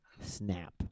snap